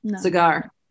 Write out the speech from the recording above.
Cigar